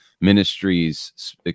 ministries